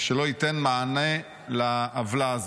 שלא ייתן מענה לעוולה הזו.